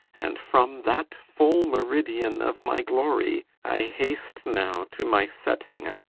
and from that full meridian of my glory, i haste now to my setting.